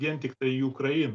vien tiktai į ukrainą